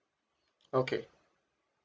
okay